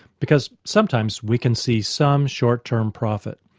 because sometimes we can see some short-term profit,